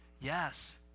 Yes